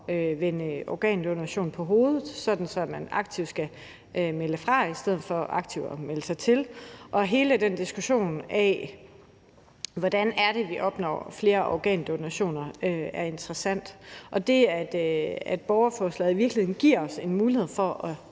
vende organdonation på hovedet, sådan at man aktivt skal melde sig fra i stedet for aktivt at melde sig til, og hele den diskussion af, hvordan det er, vi opnår flere organdonationer, er interessant. Det, at borgerforslaget i virkeligheden giver os en mulighed for at